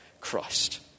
Christ